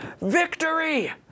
victory